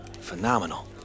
Phenomenal